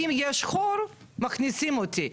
הוא התעקש ובסוף זה גרם לעומס ובעיות.